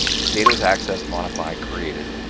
the date it was accessed, modified, created,